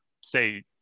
say